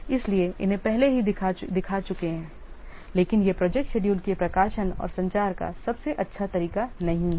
इसलिए इन्हें पहले ही देखा जा चुका है लेकिन ये प्रोजेक्ट शेड्यूल के प्रकाशन और संचार का सबसे अच्छा तरीका नहीं हैं